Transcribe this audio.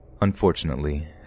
Unfortunately